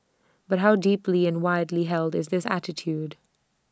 but how deeply and widely held is this attitude